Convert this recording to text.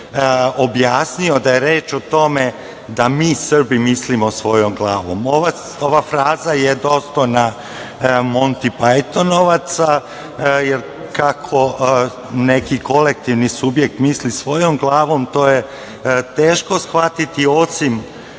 objasnio, da je reč o tome da mi Srbi mislimo svojom glavom. Ova fraza je dostojna Monti Pajtonovaca, jer kako neki kolektivni subjekt misli svojom glavom to je teško shvatiti, osim